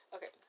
Okay